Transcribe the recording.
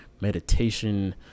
meditation